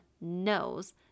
knows